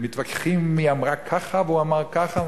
ומתווכחים: היא אמרה ככה והוא אמר ככה,